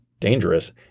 Dangerous